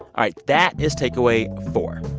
all right. that is takeaway four.